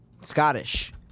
Scottish